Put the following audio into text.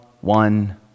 one